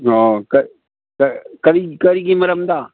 ꯑꯣ ꯀꯔꯤꯒꯤ ꯃꯔꯝꯗ